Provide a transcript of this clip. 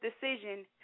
decision